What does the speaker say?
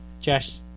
Josh